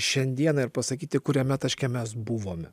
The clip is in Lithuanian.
šiandieną ir pasakyti kuriame taške mes buvome